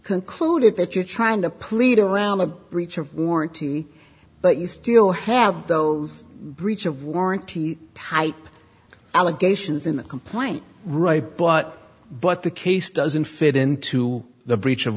concluded that you're trying to plead around a breach of warranty but you still have those breach of warranty type allegations in the complaint right but but the case doesn't fit into the breach of